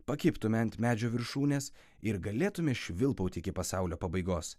pakibtume ant medžių viršūnes ir galėtume švilpaut iki pasaulio pabaigos